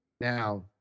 now